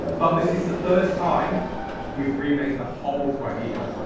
but this is the first time we've remade the whole, well he has,